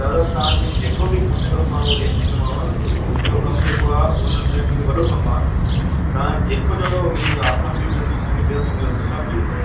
दादा तव्हांखे जेको बि खपेव मां उहो ॾेई छॾींदोमांव मुंहिंजो कमु जेको आहे उन में मुंहिंजो वॾो कमु आहे तव्हां जेको चवंदा उहो मिली वेंदव आसाम बि मिलंदो तव्हांखे ॿियो बि मिलंदव सभु मिली वेंदव